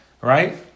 right